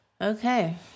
Okay